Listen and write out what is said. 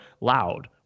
loud